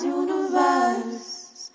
universe